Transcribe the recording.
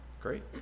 great